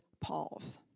pause